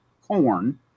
corn